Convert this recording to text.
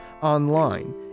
online